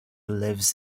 lives